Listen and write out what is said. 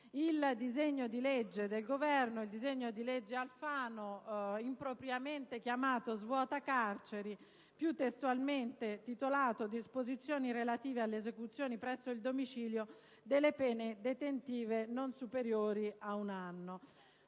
capire che fine ha fatto il disegno di legge Alfano, impropriamente chiamato svuota-carceri, ma più testualmente titolato: «Disposizioni relative all'esecuzione presso il domicilio delle pene detentive non superiori ad un anno».